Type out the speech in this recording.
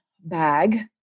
bag